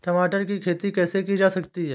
टमाटर की खेती कैसे की जा सकती है?